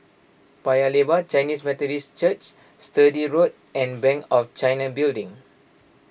Paya Lebar Chinese Methodist Church Sturdee Road and Bank of China Building